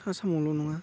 आसामावल' नङा